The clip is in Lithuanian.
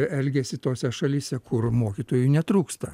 elgiasi tose šalyse kur mokytojų netrūksta